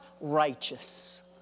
righteous